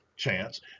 chance